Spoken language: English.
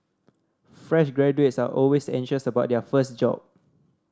fresh graduates are always anxious about their first job